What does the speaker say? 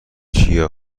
چیه